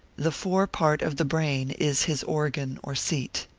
the fore part of the brain is his organ or seat.